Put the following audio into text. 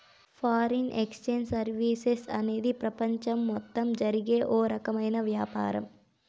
foreign exchange services అనేది ప్రపంచం మొత్తం జరిగే ఓ రకమైన వ్యాపారం